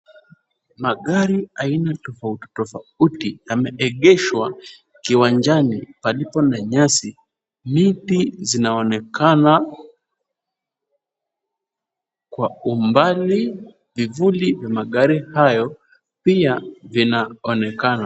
Magari aina tofauti tofauti yameegeshwa kiwanjani palipo na nyasi. Miti zinaonekana kwa umbali. Vivuli vya magari hayo pia vinaonekana.